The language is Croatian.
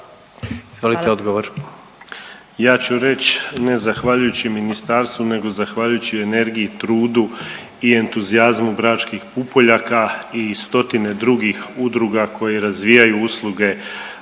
Ja ću reć ne zahvaljujući ministarstvu nego zahvaljujući energiji, trudu i entuzijazmu „Bračkih pupoljaka“ i stotine drugih udruga koji razvijaju usluge